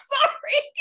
Sorry